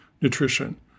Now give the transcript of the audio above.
nutrition